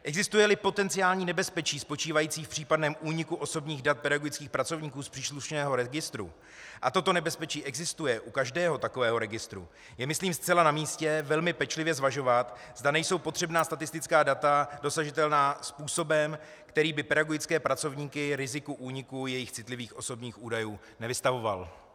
Existujeli potenciální nebezpečí spočívající v případném úniku osobních dat pedagogických pracovníků z příslušného registru, a toto nebezpečí existuje u každého takového registru, je, myslím, zcela namístě velmi pečlivě zvažovat, zda nejsou potřebná statistická data dosažitelná způsobem, který by pedagogické pracovníky riziku úniku jejich citlivých osobních údajů nevystavoval.